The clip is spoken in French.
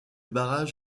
barrage